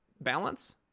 balance